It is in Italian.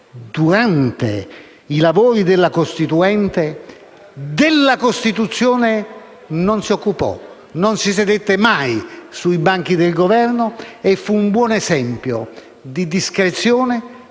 durante i lavori della Costituente, non si occupò della Costituzione, non si sedette mai sui banchi del Governo e fu un buon esempio di discrezione.